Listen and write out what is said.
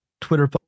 Twitter